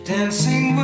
Dancing